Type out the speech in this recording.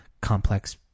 complex